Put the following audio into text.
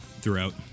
throughout